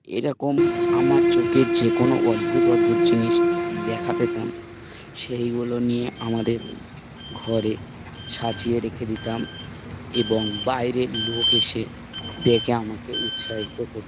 এরকম আমার চোখে যে কোনো অদ্ভুত অদ্ভুত জিনিস দেখা পেতাম সেইগুলো নিয়ে আমাদের ওই ঘরে সাজিয়ে রেখে দিতাম এবং বাইরের লোক এসে দেখে আমাকে উৎসাহিত করত